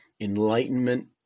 enlightenment